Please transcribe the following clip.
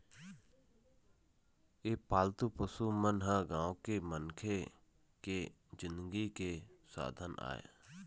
ए पालतू पशु मन ह गाँव के मनखे के जिनगी के साधन आय